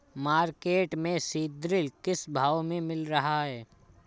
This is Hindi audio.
मार्केट में सीद्रिल किस भाव में मिल रहा है?